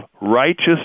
righteous